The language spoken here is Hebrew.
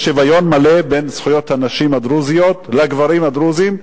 יש שוויון מלא בזכויות בין הנשים הדרוזיות לגברים הדרוזים,